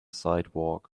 sidewalk